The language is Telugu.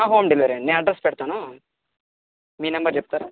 హోమ్ డేలివరీ అండి నేను అడ్రస్ పెడతాను మీ నెంబర్ చెప్తారా